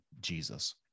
Jesus